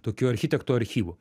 tokiu architektų archyvu